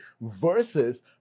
versus